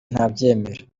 ntabyemera